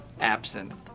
absinthe